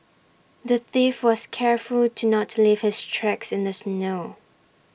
the thief was careful to not leave his tracks in the snow